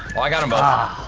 well, i gotta ahh,